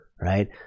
right